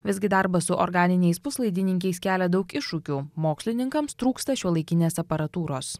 visgi darbas su organiniais puslaidininkiais kelia daug iššūkių mokslininkams trūksta šiuolaikinės aparatūros